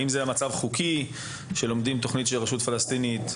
האם המצב הוא חוקי שלומדים תוכנית של רשות פלסטינית?